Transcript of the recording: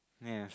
yes